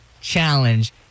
challenge